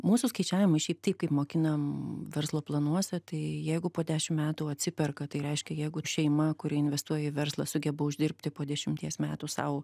mūsų skaičiavimai šiaip taip mokinam verslo planuose tai jeigu po dešim metų atsiperka tai reiškia jeigu šeima kuri investuoja verslas sugeba uždirbti po dešimties metų sau